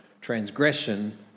transgression